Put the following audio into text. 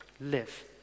live